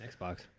Xbox